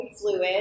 fluid